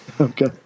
Okay